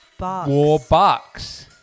Warbucks